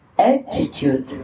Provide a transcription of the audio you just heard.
Attitude